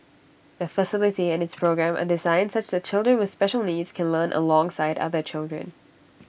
the facility and its programme are designed such that children with special needs can learn alongside other children